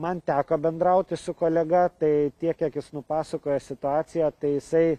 man teko bendrauti su kolega tai tiek kiek jis nupasakojo situaciją tai jisai